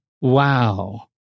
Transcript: Wow